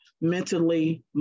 mentally